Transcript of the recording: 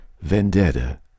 vendetta